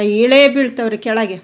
ಇಳಿ ಬೀಳ್ತವೆ ರೀ ಕೆಳಗೆ